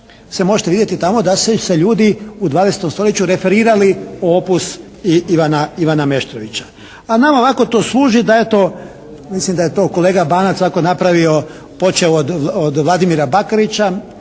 se možete vidjeti tamo da su se ljudi u 20. stoljeću referirali opus Ivana Meštrovića. A nama ovako to služi da eto, mislim da je to kolega Banac ovako napravio počev od Vladimir Bakarića,